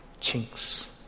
chinks